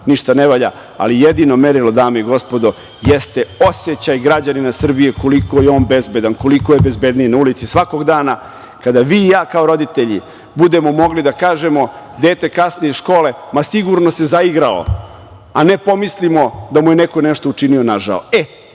ništa ne valja, ali jedino merilo, dame i gospodo, jeste osećaj građanina Srbije koliko je on bezbedan, koliko je bezbedniji na ulici svakog dana. Kada vi i ja kao roditelji budemo mogli da kažemo - dete kasni iz škole, ma sigurno se zaigralo, a ne pomislimo da mu je neko nešto učinio nažao.